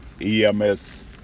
EMS